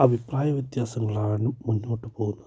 അഭിപ്രായ വ്യത്യാസങ്ങളാലും ആണ് മുന്നോട്ട് പോകുന്നത്